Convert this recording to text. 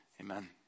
Amen